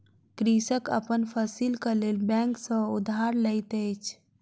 कृषक अपन फसीलक लेल बैंक सॅ उधार लैत अछि